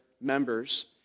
members